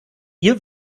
ihr